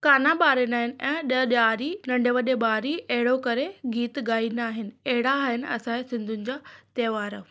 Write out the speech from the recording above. कान्हा ॿारींदा आहिनि ऐं ॾ ॾियारी नंढे वॾे ॿारी एहिड़ो करे गीत ॻाईन्दा आहिनि एहिड़ा आहिनि असां जे सिन्धियुनि जा त्योहारु